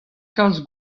kalz